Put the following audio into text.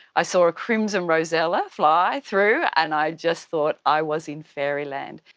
i saw a crimson rosella fly through and i just thought i was in fairyland.